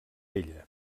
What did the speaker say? ella